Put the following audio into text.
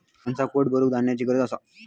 माणसाक पोट भरूक धान्याची गरज असा